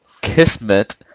Kismet